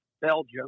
Belgium